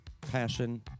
passion